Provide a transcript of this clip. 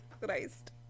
Christ